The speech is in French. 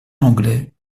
anglais